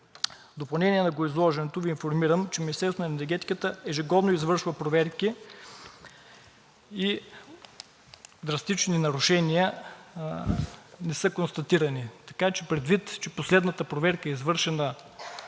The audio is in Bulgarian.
допълнение на гореизложеното Ви информирам, че Министерството на енергетиката ежегодно извършва проверки и драстични нарушения не са констатирани. Така че, предвид че последната проверка е извършена